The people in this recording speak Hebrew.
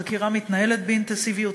החקירה מתנהלת באינטנסיביות,